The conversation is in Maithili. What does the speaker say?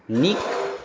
नीक